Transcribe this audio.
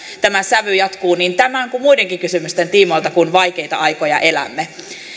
tämä sävy jatkuu niin tämän kuin muidenkin kysymysten tiimoilta kun vaikeita aikoja elämme